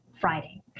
Friday